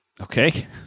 Okay